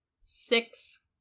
six